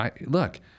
look